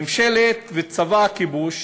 ממשלת וצבא הכיבוש